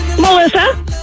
Melissa